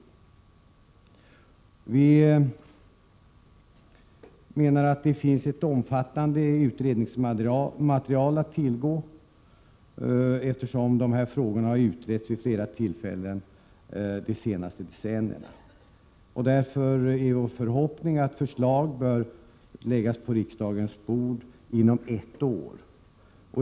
; kansli Vi menar att det finns ett omfattande utredningsmaterial att tillgå, eftersom de här frågorna har utretts vid flera tillfällen de senaste decennierna, och därför är vår förhoppning att förslag skall läggas på riksdagens bord inom ett år.